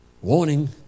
warning